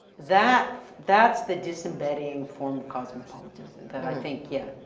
that, that's the disembedding form of cosmopolitanism that i think yeah,